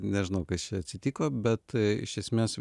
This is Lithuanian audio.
nežinau kas čia atsitiko bet iš esmės